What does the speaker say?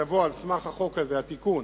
שתבוא על סמך החוק הזה, התיקון,